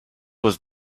was